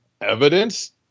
evidence